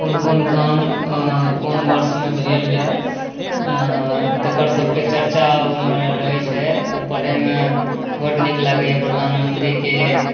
कोन कोन काम कोन वर्षमे भेल यए तकर सभके चर्चा ओहिमे रहैत छै ओ पढ़यमे बड़ नीक लागैए प्रधानमन्त्रीके